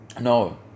no